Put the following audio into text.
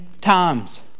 times